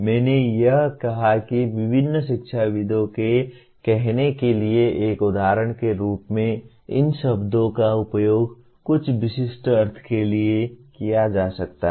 मैंने यह कहा कि विभिन्न शिक्षाविदों के कहने के लिए एक उदाहरण के रूप में इन शब्दों का उपयोग कुछ विशिष्ट अर्थ के लिए किया जा सकता है